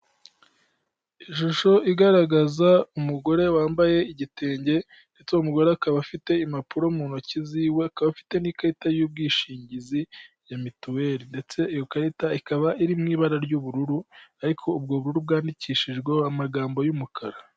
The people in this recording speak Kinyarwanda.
Ishusho igaragaza umugore wambaye igitenge yatunguwe, akaba afite impapuro mu ntoki, afite n'ikarita y'ubwishingizi ya mituweli, ndetse iyo karita ikaba iri mu ibara ry'ubururu, ariko ubururu bwandikishijweho amagambo y'umukara.